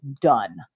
done